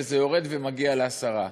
וזה יורד ומגיע לעשרה,